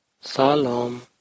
Salam